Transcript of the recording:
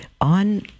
On